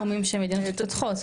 בתחומים של מדינות מתפתחות.